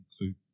include